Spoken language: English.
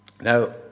Now